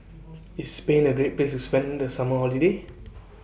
IS Spain A Great Place to spend The Summer Holiday